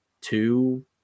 two